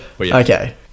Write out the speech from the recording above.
okay